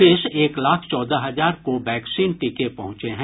शेष एक लाख चौदह हजार कोवैक्सीन टीके पहुंचे हैं